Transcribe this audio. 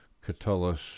Catullus